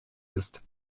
ist